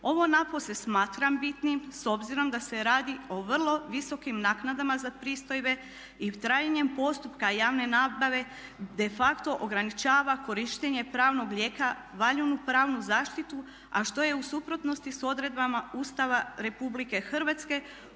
Ovo napose smatram bitnim s obzirom da se radi o vrlo visokim naknadama za pristojbe i trajanjem postupka javne nabave de facto ograničava korištenje pravnog lijeka, valjanu pravnu zaštitu a što je u suprotnosti sa odredbama Ustava RH u kojem se